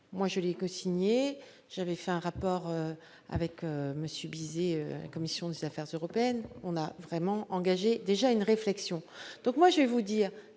moi je lis que j'avais fait un rapport avec Monsieur Bizet, commission des affaires européennes, on a vraiment engagé déjà une réflexion, donc moi je vais vous dire